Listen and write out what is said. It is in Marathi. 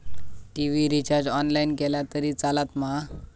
टी.वि रिचार्ज ऑनलाइन केला तरी चलात मा?